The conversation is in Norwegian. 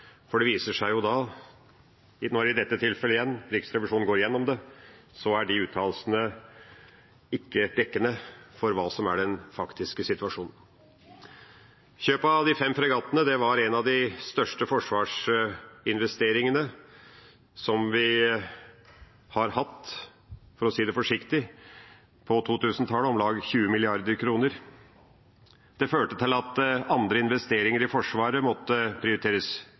for det viser seg jo i dette tilfellet, igjen, at når Riksrevisjonen går igjennom det, er de uttalelsene ikke dekkende for hva som var den faktiske situasjonen. Kjøpet av de fem fregattene var en av de største forsvarsinvesteringene som vi har hatt på 2000-tallet – for å si det forsiktig – om lag 20 mrd. kr. Det førte til at andre investeringer i Forsvaret måtte prioriteres